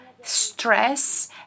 stress